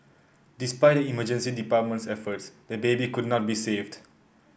despite the emergency department's efforts the baby could not be saved